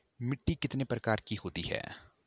मिट्टी कितने प्रकार की होती है?